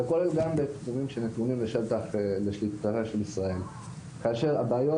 וזה כולל גם במקומות שנתונים לשליטתה של ישראל כאשר הבעיות